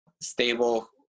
stable